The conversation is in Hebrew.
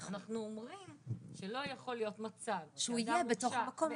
אנחנו אומרים שלא יכול להיות מצב שאדם הורשע באיזושהי